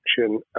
action